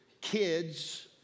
kids